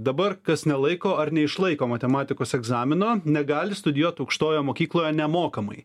dabar kas nelaiko ar neišlaiko matematikos egzamino negali studijuot aukštoje mokykloje nemokamai